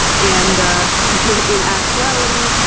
and in actuality,